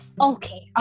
Okay